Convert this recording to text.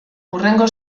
hurrengo